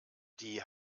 die